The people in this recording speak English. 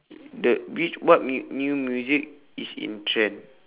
the which what mu~ new music is in trend